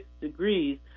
degrees